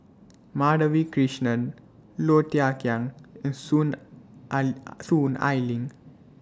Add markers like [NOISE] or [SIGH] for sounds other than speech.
Madhavi Krishnan Low Thia Khiang and Soon [NOISE] Ai Soon Ai Ling